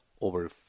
over